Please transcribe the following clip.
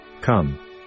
Come